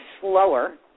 slower